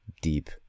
deep